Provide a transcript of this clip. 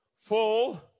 full